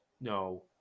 no